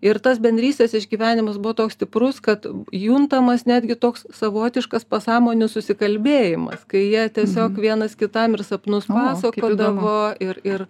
ir tas bendrystės išgyvenimas buvo toks stiprus kad juntamas netgi toks savotiškas pasąmonių susikalbėjimas kai jie tiesiog vienas kitam ir sapnus pasakodavo ir ir